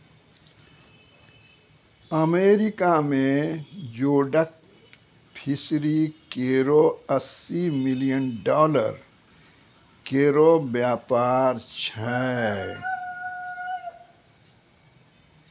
America में जोडक fishery केरो अस्सी मिलियन डॉलर केरो व्यापार छै